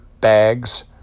bags